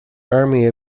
army